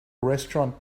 restaurant